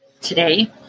today